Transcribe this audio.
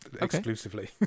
exclusively